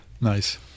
Nice